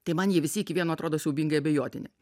tai man jie visi iki vieno atrodo siaubingai abejotini